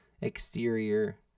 exterior